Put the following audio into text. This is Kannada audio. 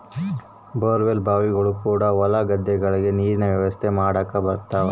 ಬೋರ್ ವೆಲ್ ಬಾವಿಗಳು ಕೂಡ ಹೊಲ ಗದ್ದೆಗಳಿಗೆ ನೀರಿನ ವ್ಯವಸ್ಥೆ ಮಾಡಕ ಬರುತವ